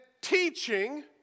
teaching